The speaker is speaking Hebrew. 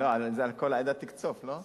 לא, זה "על כל העדה תקצֹף", לא?